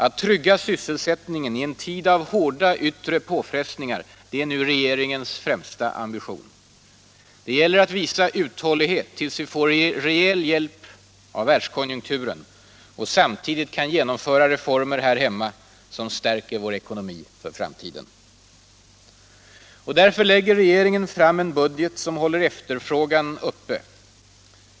Att trygga sysselsättningen i en tid av hårda yttre påfrestningar är nu regeringens främsta ambition. Det gäller att visa uthållighet tills vi får rejäl hjälp av världskonjunkturen och samtidigt kan genomföra reformer här hemma som stärker vår ekonomi för framtiden. Därför lägger regeringen fram en budget som håller efterfrågan uppe.